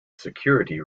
security